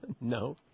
No